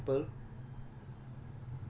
ya irfan is a picky eater